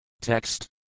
Text